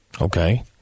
Okay